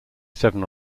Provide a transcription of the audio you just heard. seven